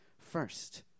first